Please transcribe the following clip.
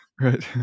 Right